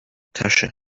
tasche